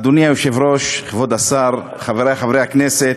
אדוני היושב-ראש, כבוד השר, חברי חברי הכנסת,